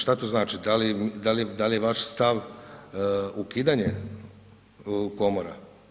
Šta to znači, da li je vaš stav ukidanje komora?